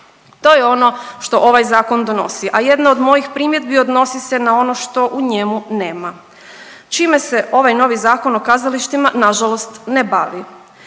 To je ono što ovaj zakon donosi, a jedna od mojih primjedbi odnosi se na ono što u njemu nema čime se ovaj novi Zakon o kazalištima nažalost ne bavi.